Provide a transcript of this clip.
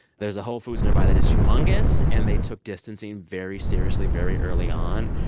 there's a whole foods nearby that is humongous and they took distancing very seriously, very early on.